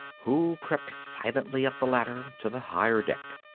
who crept silently up the ladder to the higher deck.